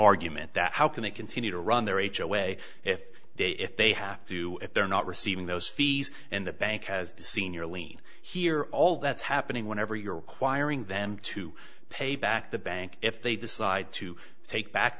argument that how can they continue to run their h away if they if they have to if they're not receiving those fees and the bank has the senior lien here all that's happening whenever you're requiring them to pay back the bank if they decide to take back